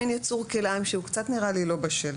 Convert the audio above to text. מן ייצור כלאיים שהוא קצת נראה לי לא בשל.